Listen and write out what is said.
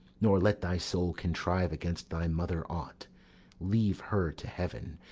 nor let thy soul contrive against thy mother aught leave her to heaven,